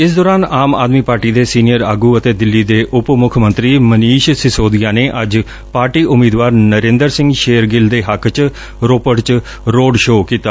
ਇਸ ਦੌਰਾਨ ਆਮ ਆਦਮੀ ਪਾਰਟੀ ਦੇ ਸੀਨੀਅਰ ਆਗੂ ਅਤੇ ਦਿੱਲੀ ਦੇ ਉਪ ਮੁੱਖ ਮੰਤਰੀ ਮਨੀਸ਼ ਸਿਸੋਦੀਆ ਨੇ ਅੱਜ ਪਾਰਟੀ ਉਮੀਦਵਾਰ ਨਰਿੰਦਰ ਸਿੰਘ ਸ਼ੇਰਗਿੱਲ ਦੇ ਹੱਕ ਚ ਰੋਪੜ ਚ ਰੋਡ ਸ਼ੋਅ ਕੀਤਾ